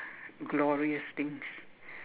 glorious things